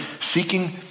seeking